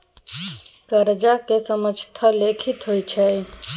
करजाक समझौता लिखित होइ छै